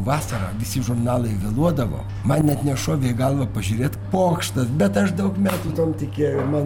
vasarą visi žurnalai vėluodavo man net nešovė į galvą pažiūrėt pokštas bet aš daug metų tuom tikėjau man